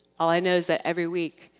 all i know is that every week,